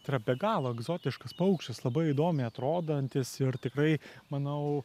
tai yra be galo egzotiškas paukštis labai įdomiai atrodantis ir tikrai manau